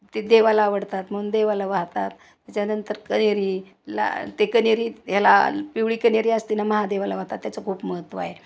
ते देवाला आवडतात म्हणून देवाला वाहतात त्याच्यानंतर कण्हेरी लाल ते कण्हेरी ह्याला पिवळी कण्हेरी असते ना महादेवाला वाहतात त्याचं खूप महत्त्व आहे